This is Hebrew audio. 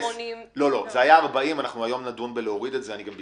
היה 40, היום נדון בהורדה של זה.